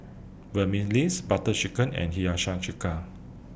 Butter Chicken and Hiyashi Chuka